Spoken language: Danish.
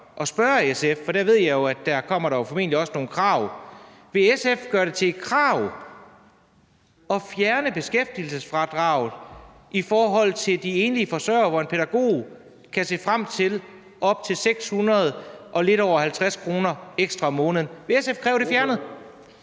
at spørge SF, for jeg ved jo, at der formentlig jo også kommer nogle krav: Vil SF gøre det til et krav at fjerne beskæftigelsesfradraget i forhold til de enlige forsørgere, når en pædagog kan se frem til at få op til 600 og lidt over 50 kr. ekstra om måneden? Vil SF kræve det fjernet?